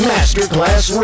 Masterclass